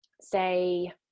say